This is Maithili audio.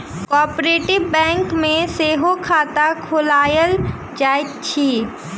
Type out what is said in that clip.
कोऔपरेटिभ बैंक मे सेहो खाता खोलायल जाइत अछि